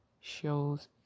shows